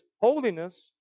holiness